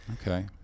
Okay